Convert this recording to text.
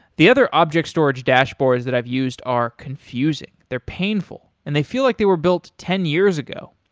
the other object storage dashboards that i've used are confusing, they're painful, and they feel like they were built ten years ago.